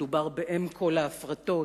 מדובר באם כל ההפרטות.